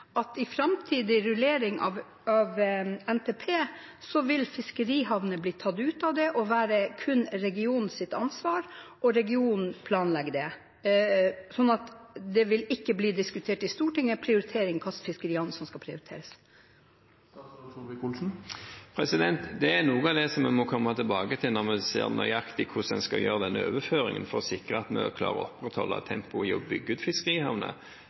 framtidig rullering av NTP, vil fiskerihavner bli tatt ut og vil kun være regionens ansvar, og at regionen planlegger dem? Og det vil ikke bli diskutert i Stortinget hvilke fiskerihavner som skal prioriteres? Det er noe av det vi må komme tilbake til når vi ser nøyaktig hvordan vi skal gjøre denne overføringen, for å sikre at vi klarer å opprettholde tempoet i å bygge ut